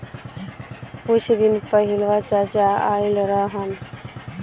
कुछ दिन पहिलवा चाचा आइल रहन